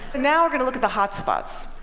now we're going to look at the hot spots.